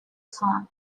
khan